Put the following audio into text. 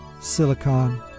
silicon